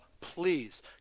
please